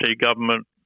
government